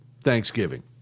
Thanksgiving